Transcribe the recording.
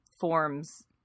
forms